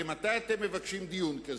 הרי מתי אתם מבקשים דיון כזה?